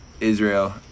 Israel